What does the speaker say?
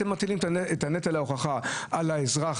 אתם מטילים את נטל ההוכחה על האזרח